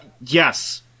Yes